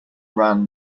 ran